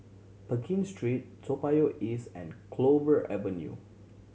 Pekin Street Toa Payoh East and Clover Avenue